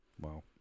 Wow